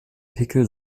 pickel